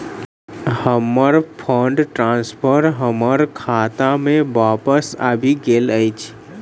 हमर fund transfer हमर खाता मे बापस आबि गइल अछि